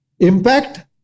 Impact